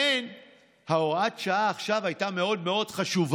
אני אקריא עכשיו כמה מהשמות של העסקים האלה, שהיו